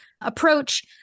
approach